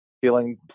feeling